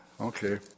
Okay